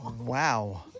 Wow